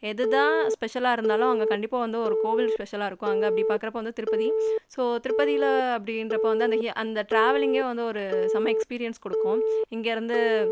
எது தான் ஸ்பெஷலாக இருந்தாலும் அங்கே கண்டிப்பாக வந்து ஒரு கோவில் ஸ்பெஷலாக இருக்கும் அங்கே அப்படி பார்க்குறப்ப வந்து திருப்பதி ஸோ திருப்பதியில் அப்படின்றப்ப வந்து அந்த அந்த ட்ராவலிங்கே வந்து ஒரு செம எக்ஸ்பீரியன்ஸ் கொடுக்கும் இங்கிருந்து